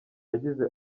yagize